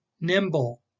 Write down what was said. nimble